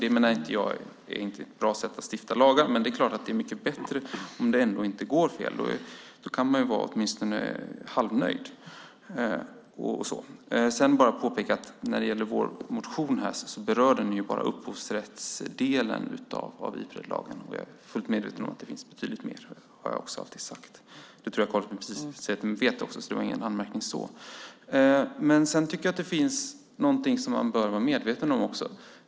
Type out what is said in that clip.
Det är inte ett bra sätt att stifta lagar. Men det är klart att det är mycket bättre om det inte går fel. Då kan man åtminstone vara halvnöjd. Sedan vill jag bara påpeka att vår motion bara berör upphovsrättsdelen av Ipredlagen. Jag är fullt medveten om att det finns betydligt mer. Det har jag alltid sagt. Det tror jag också att Karin Pilsäter vet, så det var ingen anmärkning. Men det finns någonting som man bör vara medveten om.